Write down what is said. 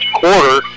quarter